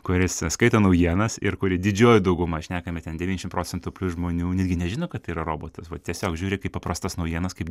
kuris skaito naujienas ir kuri didžioji dauguma šnekame ten devyniasdešim procentų plius žmonių netgi nežino kad tai yra robotas o tiesiog žiūri kaip paprastas naujienas kaip